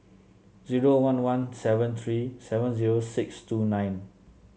zero one one seven three seven zero six two nine